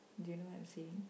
do you know what I'm seeing